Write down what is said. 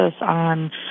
on